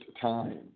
time